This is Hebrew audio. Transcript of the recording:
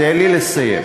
תן לי לסיים.